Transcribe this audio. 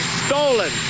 stolen